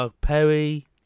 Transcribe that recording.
perry